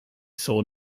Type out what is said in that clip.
saw